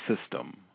system